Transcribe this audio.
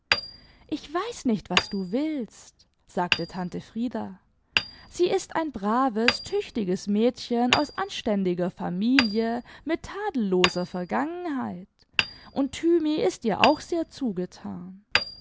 ich weiß nicht was du willst sagte tante frieda sie ist ein braves tüchtiges mädchen aus anständiger familie mit tadelloser vergangenheit und thymi ist ihr auch sehr zugetan